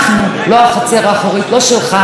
לא שלך ולא של אף אחד.